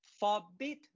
Forbid